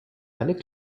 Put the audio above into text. eine